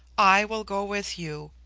i will go with you.